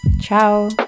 Ciao